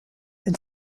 and